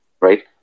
right